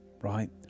right